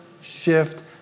shift